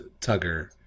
Tugger